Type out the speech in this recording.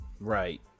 Right